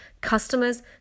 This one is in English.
Customers